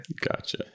gotcha